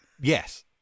Yes